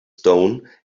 stone